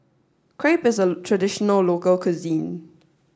crepe is a traditional local cuisine